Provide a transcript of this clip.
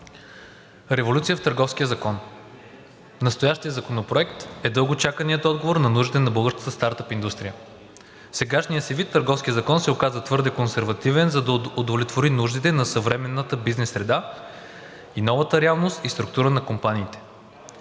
Революция в Търговския закон! Настоящият законопроект е дълго чаканият отговор на нуждите на българската стартъп индустрия. В сегашния си вид Търговският закон се оказа твърде консервативен, за да удовлетвори нуждите на съвременната бизнес среда и новата реалност и структура на компаниите.